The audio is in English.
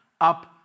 up